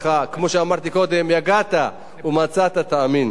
כמו שאמרתי קודם, יגעת ומצאת, תאמין.